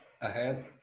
ahead